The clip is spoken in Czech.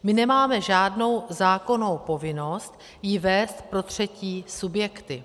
My nemáme žádnou zákonnou povinnost ji vést pro třetí subjekty.